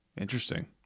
interesting